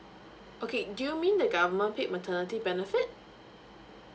okay do you mean the government paid maternity benefit